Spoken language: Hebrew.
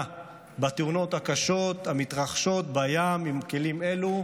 בתאונות הקשות המתרחשות בים עם כלים אלו,